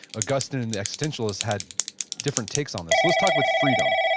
augustine and the existentialists had different takes on this. let's talk with freedom.